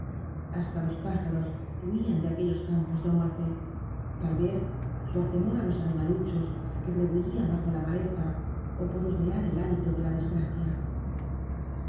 hasta los pájaros huían de aquellos campos de muerte tal vez por temor á los animaluchos que rebullían bajo la maleza ó por husmear el hálito de la desgracia